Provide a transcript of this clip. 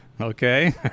Okay